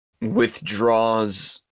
withdraws